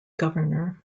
governor